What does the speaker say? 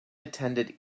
attended